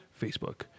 Facebook